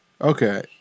Okay